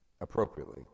appropriately